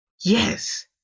Yes